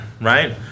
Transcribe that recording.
right